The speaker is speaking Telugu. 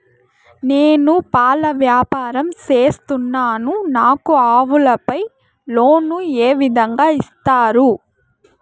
నేను పాల వ్యాపారం సేస్తున్నాను, నాకు ఆవులపై లోను ఏ విధంగా ఇస్తారు